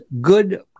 good